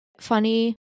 funny